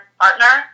partner